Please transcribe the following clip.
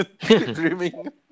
dreaming